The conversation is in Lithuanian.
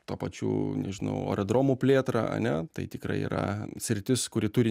tuo pačiu nežinau aerodromo plėtrą ane tai tikrai yra sritis kuri turi